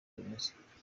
bimeze